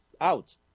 out